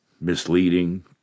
misleading